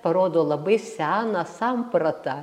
parodo labai seną sampratą